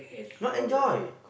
no enjoy